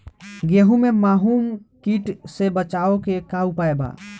गेहूँ में माहुं किट से बचाव के का उपाय बा?